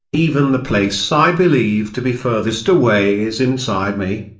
even the place i believe to be furthest away is inside me,